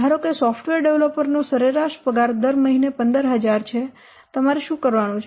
ધારો કે સોફ્ટવેર ડેવલપરનો સરેરાશ પગાર દર મહિને 15000 છે તમારે શું કરવાનું છે